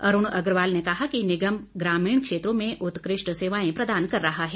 अरूण अग्रवाल ने कहा कि निगम ग्रामीण क्षेत्रों में उत्कृष्ट सेवाएं प्रदान कर रहा है